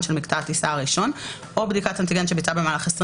של מקטע הטיסה הראשון או בדיקת אנטיגן שביצע במהלך 24